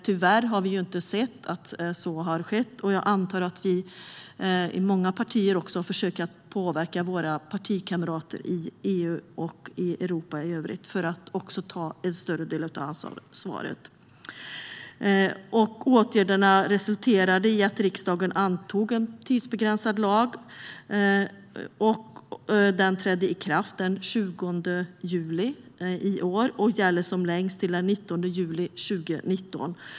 Tyvärr kunde vi inte se att så skedde - jag antar att vi i många partier här också försöker påverka våra partikamrater i EU och Europa i övrigt när det gäller att ta en större del av ansvaret - och vi behövde därför vidta åtgärder. Åtgärderna resulterade i att riksdagen antog en tidsbegränsad lag, och den trädde i kraft den 20 juli i år och gäller som längst till och med den 19 juli 2019.